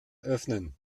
öffnen